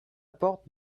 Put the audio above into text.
porte